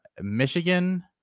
Michigan